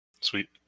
Sweet